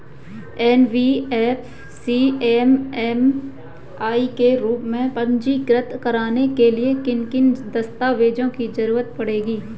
NBFC MFI के रूप में पंजीकृत कराने के लिए किन किन दस्तावेजों की जरूरत पड़ेगी?